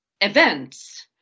events